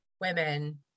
women